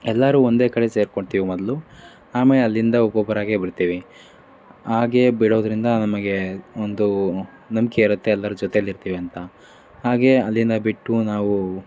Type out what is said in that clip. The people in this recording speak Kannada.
ಎಲ್ಲರೂ ಒಂದೇ ಕಡೆ ಸೇರ್ಕೊಂಡ್ತೀವಿ ಮೊದಲು ಆಮೇಲೆ ಅಲ್ಲಿಂದ ಒಬ್ಬೊಬ್ಬರಾಗೇ ಬಿಡ್ತೀವಿ ಹಾಗೇ ಬಿಡೋದರಿಂದ ನಮಗೆ ಒಂದು ನಂಬಿಕೆ ಇರುತ್ತೆ ಎಲ್ಲರೂ ಜೊತೇಲಿ ಇರ್ತೀವಿ ಅಂತ ಹಾಗೇ ಅಲ್ಲಿಂದ ಬಿಟ್ಟು ನಾವು